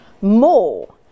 more